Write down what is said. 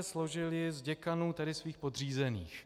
Složil ji z děkanů, tedy svých podřízených.